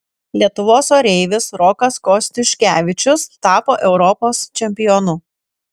lietuvos oreivis rokas kostiuškevičius tapo europos čempionu